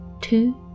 two